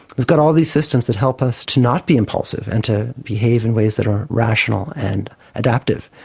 we've got all these systems that help us to not be impulsive and to behave in ways that are rational and adaptive.